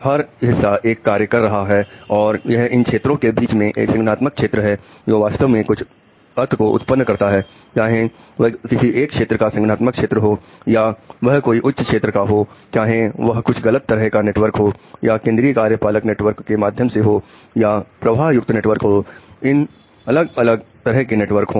हर हिस्सा एक कार्य कर रहा है और यह इन क्षेत्रों के बीच में एक संगठनात्मक क्षेत्र है जो वास्तव में कुछ अर्थ को उत्पन्न करता है चाहे वह किसी एक क्षेत्र का संगठनात्मक क्षेत्र हो या वह कोई उच्च स्तर का हो चाहे वह कुछ गलत तरह का नेटवर्क हो या केंद्रीय कार्यपालक नेटवर्क के माध्यम से हो या प्रवाह युक्त नेटवर्क हो इन अलग अलग तरह के नेटवर्क हो